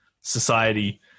society